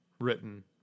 written